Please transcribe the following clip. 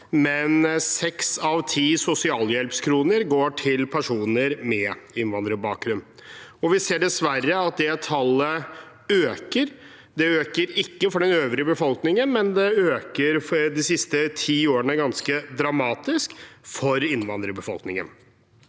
seks av ti sosialhjelpskroner går til personer med innvandrerbakgrunn, og vi ser dessverre at det tallet øker. Det øker ikke for den øvrige befolkningen, men det har de siste ti årene økt ganske dramatisk for innvandrerbefolkningen.